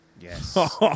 Yes